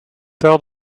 tell